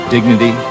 Dignity